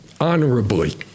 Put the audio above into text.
honorably